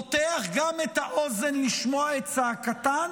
פותח גם את האוזן לשמוע את צעקתן